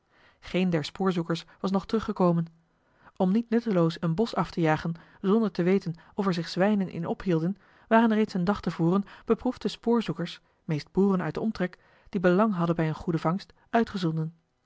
geen der spoorzoekers was nog teruggekomen om niet nutteloos een bosch af te jagen zonder te weten of er zich zwijnen in ophielden waren reeds een dag te voren beproefde spoorzoekers meest boeren uit den omtrek die belang hadden bij eene goede vangst uitgezonden